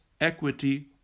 equity